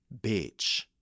Bitch